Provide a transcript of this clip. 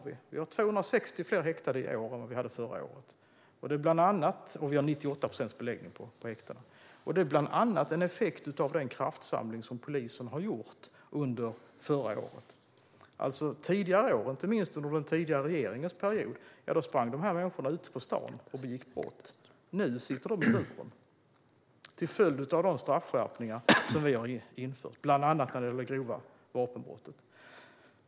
Vi har 260 fler häktade i år än förra året, och vi har 98 procents beläggning på häktena. Det är bland annat en effekt av den kraftsamling som polisen gjorde förra året. Tidigare år - inte minst under den förra regeringens period - sprang dessa människor ute på stan och begick brott. Nu sitter de i buren till följd av de straffskärpningar som vi har infört, till exempel för grovt vapenbrott.